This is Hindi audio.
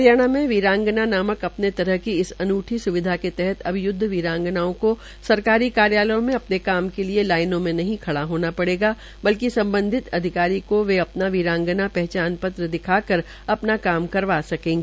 हरियाणा में वीरांगना नामक अपने तरह की इस अनूठी सुविधा के तहत अब युद्ध वीरागनाओं को सरकारी कार्यालयों में अपने काम के लिए लाइनों मे नहीं खड़ा होना पड़ेगाबल्कि सम्बधित अधिकारी को वे अपना वीरांगना पहचान पत्र दिखाकर अपना काम करवा सकेगी